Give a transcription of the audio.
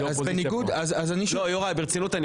אני עונה ברצינות.